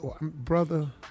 brother